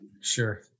sure